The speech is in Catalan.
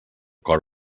cor